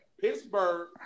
Pittsburgh